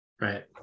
Right